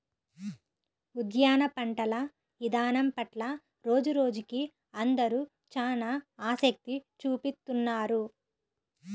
ఉద్యాన పంటల ఇదానం పట్ల రోజురోజుకీ అందరూ చానా ఆసక్తి చూపిత్తున్నారు